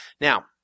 Now